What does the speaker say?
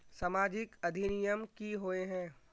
सामाजिक अधिनियम की होय है?